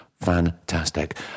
Fantastic